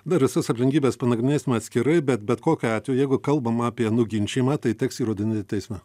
dar visas aplinkybes panagrinėsim atskirai bet bet kokiu atveju jeigu kalbam apie nuginčijimą tai teks įrodinėt teisme